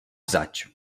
zač